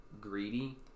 greedy